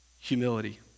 humility